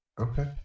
Okay